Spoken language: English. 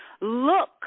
look